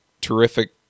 terrific